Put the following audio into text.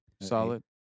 solid